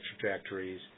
trajectories